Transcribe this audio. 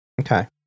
Okay